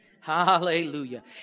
Hallelujah